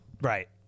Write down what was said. Right